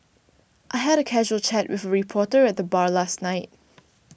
I had a casual chat with reporter at the bar last night